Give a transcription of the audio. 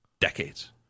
decades